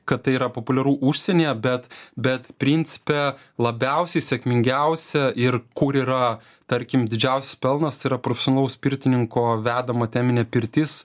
kad tai yra populiaru užsienyje bet bet principe labiausiai sėkmingiausia ir kur yra tarkim didžiausias pelnas tai yra profesionalaus pirtininko vedama teminė pirtis